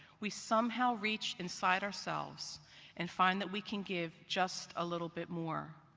we somehow reach inside ourselves and find that we can give just a little bit more.